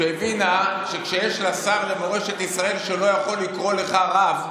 שהבינה שכשיש לה שר למורשת ישראל שלא יכול לקרוא לך רב,